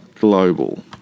Global